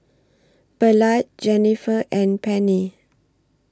Ballard Jenniffer and Penni